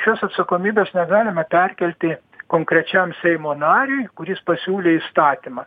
šios atsakomybės negalime perkelti konkrečiam seimo nariui kuris pasiūlė įstatymą